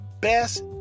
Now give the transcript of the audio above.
best